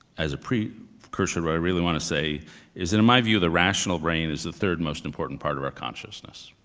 as a precursor precursor where i really want to say is in my view the rational brain is the third most important part of our consciousness,